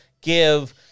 give